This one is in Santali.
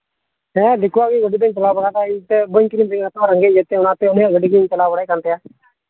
ᱦᱮᱸ ᱫᱤᱠᱩᱣᱟᱜ ᱜᱮ ᱜᱟᱹᱰᱤ ᱫᱚᱧ ᱪᱟᱞᱟᱣ ᱵᱟᱲᱟᱣ ᱠᱟᱜ ᱤᱧ ᱥᱮ ᱵᱟᱹᱧ ᱠᱤᱨᱤᱧ ᱫᱟᱲᱮᱭᱟᱜ ᱛᱚ ᱨᱮᱸᱜᱮᱡ ᱜᱮᱛᱮ ᱚᱱᱟᱛᱮ ᱩᱱᱤᱭᱟᱜ ᱜᱟᱹᱰᱤ ᱜᱤᱧ ᱪᱟᱞᱟᱣ ᱵᱟᱲᱟᱭᱮᱫ ᱠᱟᱱ ᱛᱟᱭᱟ